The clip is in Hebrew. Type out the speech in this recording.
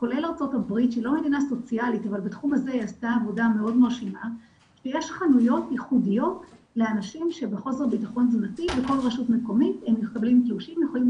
עד שהתחלנו להתארגן על זה קמה יוזמה של משרד הפנים וקמה היוזמה של